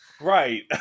Right